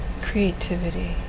creativity